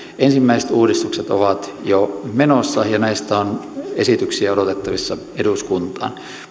ensimmäiset uudistukset ovat jo menossa ja näistä on esityksiä odotettavissa eduskuntaan